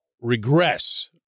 regress